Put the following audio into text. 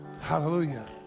Hallelujah